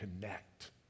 connect